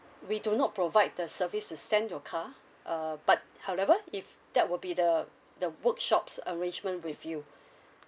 we do not provide the service to send your car uh but however if that will be the the workshop's arrangement with you